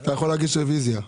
אתה יכול להגיש רוויזיה.